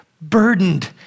burdened